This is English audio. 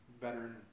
veteran